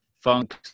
funk